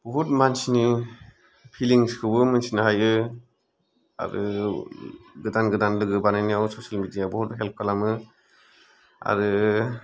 बहुथ मानसिनि फिलिंस खौबो मिनथिनो हायो आरो गोदान गोदान लोगो बानायनायाव ससेल मिडिया याव बहुथ हेप्ल खालामो आरो